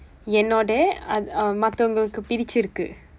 என்னோட அது மற்றவர்களுக்கு பிரித்துருக்கு:ennooda athu marravarkalukku piriththirukku